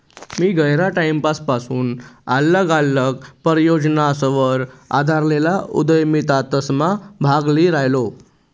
मी गयरा टाईमपसून आल्लग आल्लग परियोजनासवर आधारेल उदयमितासमा भाग ल्ही रायनू